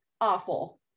awful